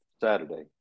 saturday